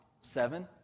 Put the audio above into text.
Seven